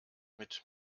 mit